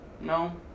No